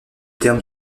terme